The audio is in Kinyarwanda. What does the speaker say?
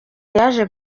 yaje